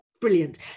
Brilliant